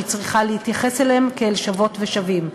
שהיא צריכה להתייחס אליהם כאל שוות ושווים,